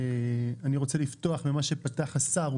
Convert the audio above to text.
אני רוצה לפתוח במה שפתח השר.